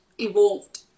evolved